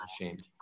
ashamed